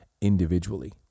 individually